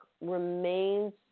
remains